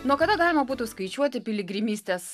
nuo kada galima būtų skaičiuoti piligrimystės